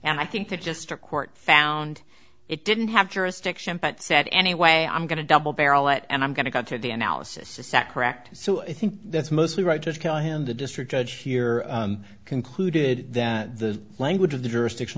and i think that just a court found it didn't have jurisdiction but said anyway i'm going to double barrel it and i'm going to go to the analysis a set cracked so i think that's mostly right just tell him the district judge here concluded that the language of the jurisdiction